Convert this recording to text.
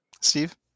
Steve